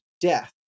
death